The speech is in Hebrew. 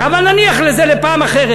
אבל נניח לזה לפעם אחרת.